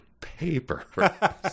paper